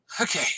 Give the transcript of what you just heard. Okay